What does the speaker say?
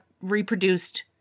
reproduced